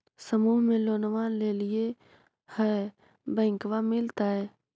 समुह मे लोनवा लेलिऐ है बैंकवा मिलतै?